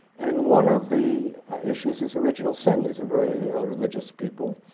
and one of the issues is original sin, these are very religious people,